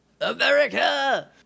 America